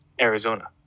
arizona